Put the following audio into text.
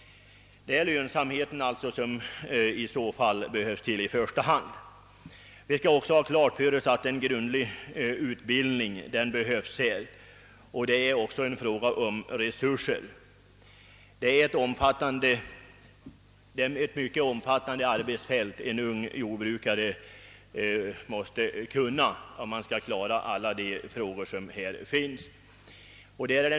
Lönsamhet är vad som i första hand måste eftersträvas. Vi måste också ha klart för oss att en grundlig utbildning behövs. Därvidlag är det också fråga om resurser. Det är ett mycket omfattande arbetsfält en ung jordbrukare måste behärska, om han skall klara alla de problem han möter.